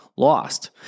lost